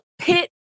pit